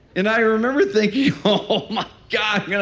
and i remember thinking, oh my god. yeah